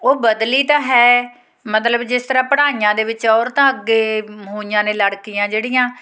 ਉਹ ਬਦਲੀ ਤਾਂ ਹੈ ਮਤਲਬ ਜਿਸ ਤਰ੍ਹਾਂ ਪੜ੍ਹਾਈਆਂ ਦੇ ਵਿੱਚ ਔਰਤਾਂ ਅੱਗੇ ਹੋਈਆਂ ਨੇ ਲੜਕੀਆਂ ਜਿਹੜੀਆਂ